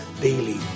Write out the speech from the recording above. daily